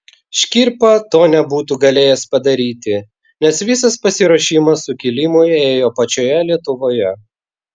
škirpa to nebūtų galėjęs padaryti nes visas pasiruošimas sukilimui ėjo pačioje lietuvoje